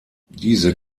diese